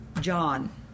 John